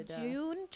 June